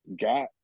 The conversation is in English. got